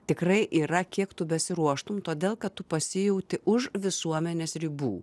tikrai yra kiek tu besiruoštum todėl kad tu pasijauti už visuomenės ribų